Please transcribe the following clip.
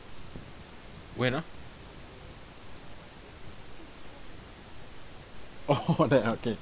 when ah oh that okay